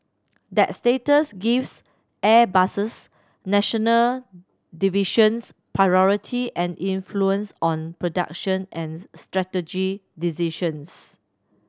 that status gives Airbus's national divisions priority and influence on production and strategy decisions